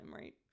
right